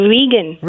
Vegan